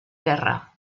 guerra